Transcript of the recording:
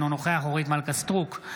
אינו נוכח אורית מלכה סטרוק,